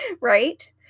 Right